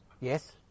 Yes